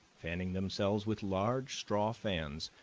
fanning themselves with large straw fans,